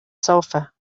sulfur